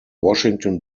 washington